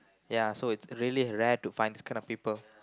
ya so it's really rare to find this kind of people